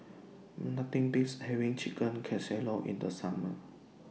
Nothing Beats having Chicken Casserole in The Summer